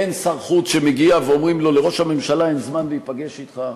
אין שר חוץ שמגיע ואומרים לו: לראש הממשלה אין זמן להיפגש אתך,